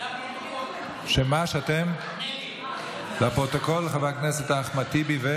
לחוק הזה, של חברת הכנסת שרן מרים השכל.